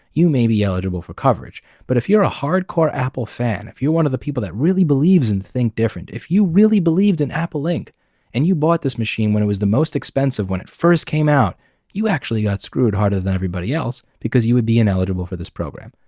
you may be eligible for coverage. but if you're a hardcore apple fan, if you're one of the people that really believes and think different, if you really believed in apple inc and you bought this machine when it was the most expensive, when it first came out you actually got screwed harder than everybody else, because you would be ineligible for this program.